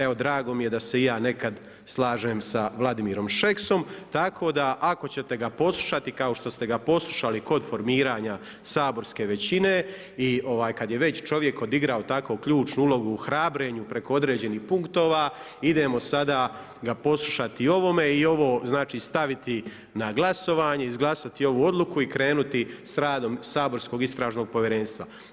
Evo drago mi je da se i ja nekad slažem sa Vladimirom Šeksom, tako da ako ćete ga poslušati kao što ste ga poslušali kod formiranja saborske većine i kad je već čovjek odigrao tako ključnu ulogu u hrabrenju preko određenih punktova idemo sada ga poslušati i o ovome i ovo znači staviti na glasovanje, izglasati ovu odluku i krenuti sa radom saborskog istražnog povjerenstva.